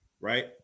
right